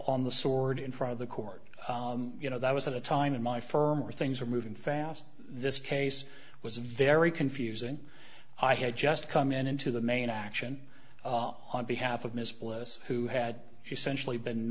on the sword in front of the court you know that was at a time in my firm where things were moving fast this case was very confusing i had just come into the main action on behalf of miss bliss who had essentially been